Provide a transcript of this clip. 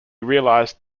realized